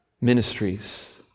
ministries